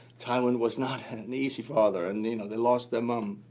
tywin was not an easy father and you know they lost their mum,